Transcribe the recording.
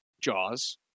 Jaws